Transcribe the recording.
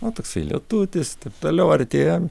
o toksai lietutis taip toliau artėja